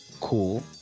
cool